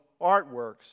artworks